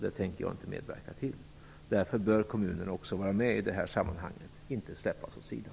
Det tänker jag inte medverka till. Därför bör kommunerna också vara med i detta sammanhang och inte släppas åt sidan.